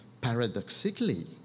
paradoxically